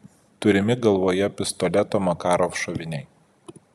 turimi galvoje pistoleto makarov šoviniai